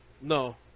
No